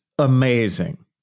Amazing